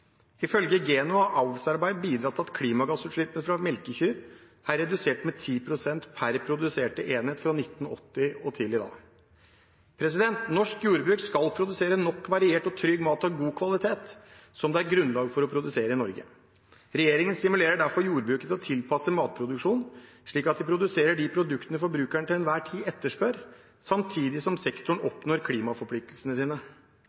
Ifølge Geno har avlsarbeid bidratt til at klimagassutslippene fra melkekyr er redusert med 10 pst. per produserte enhet fra 1980 og til i dag. Norsk jordbruk skal produsere nok, variert og trygg mat av god kvalitet som det er grunnlag for å produsere i Norge. Regjeringen stimulerer derfor jordbruket til å tilpasse matproduksjonen slik at de produserer de produktene forbrukerne til enhver tid etterspør, samtidig som sektoren oppnår klimaforpliktelsene sine.